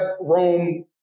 Rome